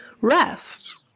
rest